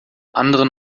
anderen